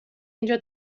اینجا